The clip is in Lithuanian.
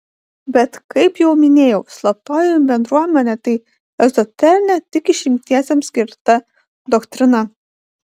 bet kaip jau minėjau slaptoji bendruomenė tai ezoterinė tik išrinktiesiems skirta doktrina